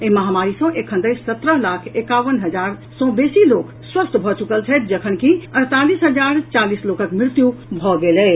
एहि महामारी सँ एखन धरि सत्रह लाख एकावन हजार सँ बेसी लोक स्वस्थ भऽ चुकल छथि जखन कि अड़तालीस हजार चालीस लोकक मृत्यु भऽ गेल अछि